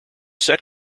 set